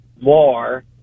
more